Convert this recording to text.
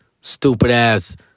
stupid-ass